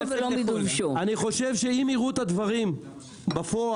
אני חושב שאם יראו את הדברים בפועל,